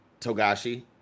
togashi